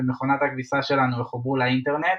ומכונת הכביסה שלנו יחוברו לאינטרנט,